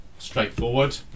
straightforward